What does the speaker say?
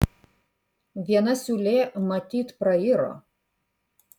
viena siūlė matyt prairo